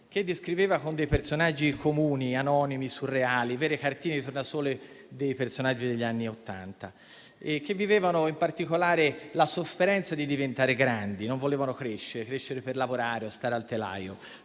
che descriveva con dei personaggi comuni, anonimi e surreali, vere cartine di tornasole dei personaggi degli anni '80, che vivevano in particolare la sofferenza di diventare grandi, che non volevano crescere per lavorare o stare al telaio.